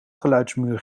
geluidsmuur